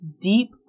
deep